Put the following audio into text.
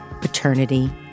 paternity